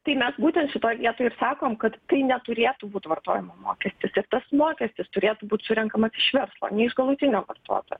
tai mes būtent šitoj vietoj ir sakom kad tai neturėtų būt vartojimo mokestis ir tas mokestis turėtų būt surenkamas iš verslo ne iš galutinio vartotojo